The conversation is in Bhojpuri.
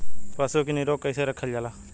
पशु के निरोग कईसे रखल जाला?